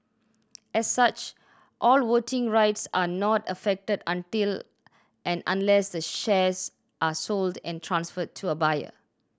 as such all voting rights are not affected until and unless the shares are sold and transferred to a buyer